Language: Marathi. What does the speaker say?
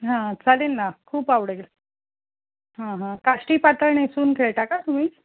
हां चालेल ना खूप आवडेल हां हां काष्टी पातळ नेसून खेळता का तुम्ही